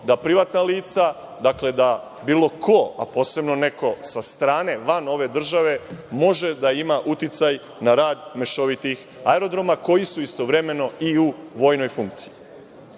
da privatna lica, dakle, da bilo ko, a posebno neko sa strane, van ove države, može da ima uticaj na rad mešovitih aerodroma koji su istovremeno i u vojnoj funkciji. Naravno,